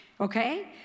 okay